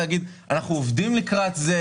להגיד: אנחנו עובדים לקראת זה,